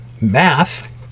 Math